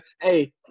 Hey